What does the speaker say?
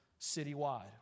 citywide